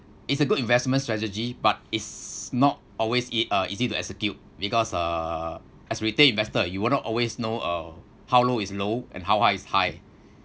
it's a good investment strategy but is not always ea~ uh easy to execute because uh as a investor you will not always know uh how low is low and how high is high